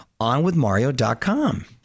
OnWithMario.com